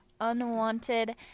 unwanted